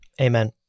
amen